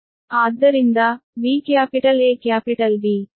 ಆದ್ದರಿಂದ V capital A capital B